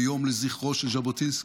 ביום לזכרו של ז'בוטינסקי.